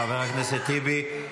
חבר הכנסת טיבי,